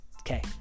Okay